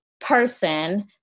person